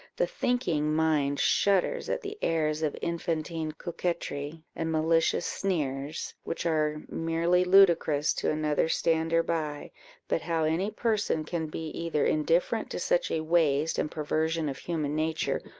the thinking mind shudders at the airs of infantine coquetry and malicious sneers, which are merely ludicrous to another stander-by but how any person can be either indifferent to such a waste and perversion of human nature,